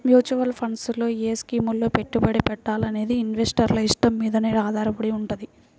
mutual funds లో ఏ స్కీముల్లో పెట్టుబడి పెట్టాలనేది ఇన్వెస్టర్ల ఇష్టం మీదనే ఆధారపడి వుంటది